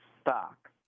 stock